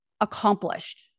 accomplished